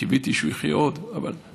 קיוויתי שהוא יחיה עוד, אבל,